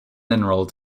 enrolled